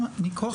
מכוח מה?